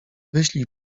wyślij